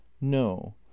no